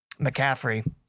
McCaffrey